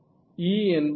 E என்பது என்ன